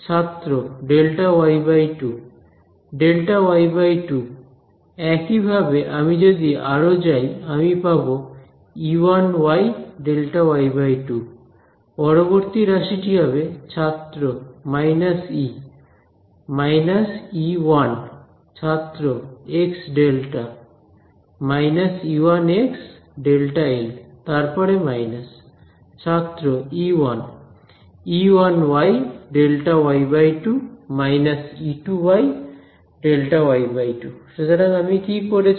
ছাত্র Δy2 Δy2 একইভাবে আমি যদি আরো যাই আমি পাব y Δy2 পরবর্তী রাশিটি হবে ছাত্র minus E − E minus E one − E1 ছাত্র এক্স ডেল্টা − x Δl তারপরে মাইনাস ছাত্র E one y Δy2 − y Δy2 সুতরাং আমি কি করেছি